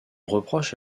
reproche